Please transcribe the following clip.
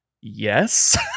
yes